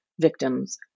victims